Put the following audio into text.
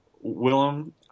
Willem